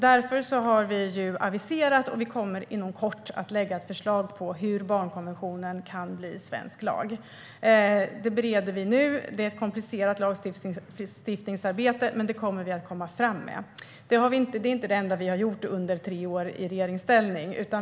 Därför har vi aviserat och kommer inom kort att lägga fram ett förslag om hur barnkonventionen kan bli svensk lag. Vi bereder det nu. Det är ett komplicerat lagstiftningsarbete, men det kommer vi att komma fram med. Detta är inte det enda som vi har gjort under tre år i regeringsställning.